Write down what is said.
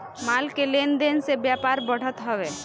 माल के लेन देन से व्यापार बढ़त हवे